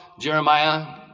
Jeremiah